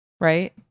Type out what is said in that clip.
right